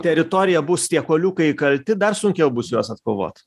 teritorija bus tie kuoliukai įkalti dar sunkiau bus juos atkovoti